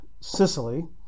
Sicily